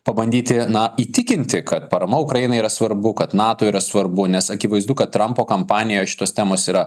pabandyti na įtikinti kad parama ukrainai yra svarbu kad nato yra svarbu nes akivaizdu kad trampo kampanijoj šitos temos yra